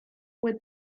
with